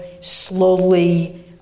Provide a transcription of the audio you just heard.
slowly